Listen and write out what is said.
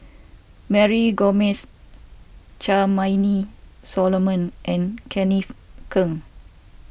Mary Gomes Charmaine Solomon and Kenneth Keng